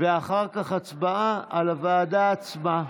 ואחר כך הצבעה על הוועדה עצמה.